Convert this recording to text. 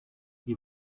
die